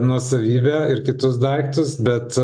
nuosavybę ir kitus daiktus bet